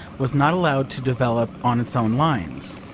was not allowed to develop on its own lines,